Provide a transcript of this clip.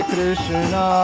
Krishna